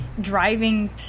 driving